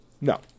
No